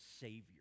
savior